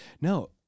no